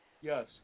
Yes